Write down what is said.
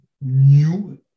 new